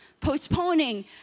postponing